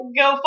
go